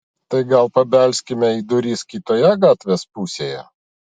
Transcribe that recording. tai gal pabelskime į duris kitoje gatvės pusėje